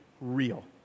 real